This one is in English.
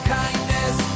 kindness